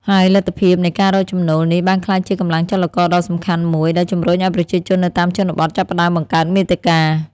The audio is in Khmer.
ហើយលទ្ធភាពនៃការរកចំណូលនេះបានក្លាយជាកម្លាំងចលករដ៏សំខាន់មួយ ដែលជំរុញឲ្យប្រជាជននៅតាមជនបទចាប់ផ្តើមបង្កើតមាតិកា។